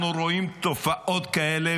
אנחנו רואים תופעות כאלה,